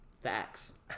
Facts